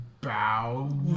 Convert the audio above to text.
bow